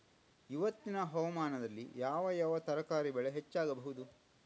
ಇವತ್ತಿನ ಹವಾಮಾನದಲ್ಲಿ ಯಾವ ಯಾವ ತರಕಾರಿ ಬೆಳೆ ಹೆಚ್ಚಾಗಬಹುದು?